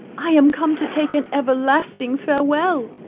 i am come to take an everlasting farewel.